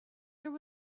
there